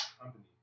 company